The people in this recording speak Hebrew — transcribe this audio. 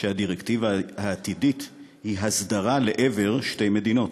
שהדירקטיבה העתידית היא הסדרה לעבר שתי מדינות.